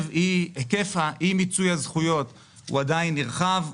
היקף אי מיצוי הזכויות הוא עדיין נרחב.